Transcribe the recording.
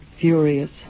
furious